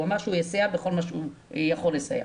הוא אמר שהוא יסייע בכל מה שהוא יכול לסייע.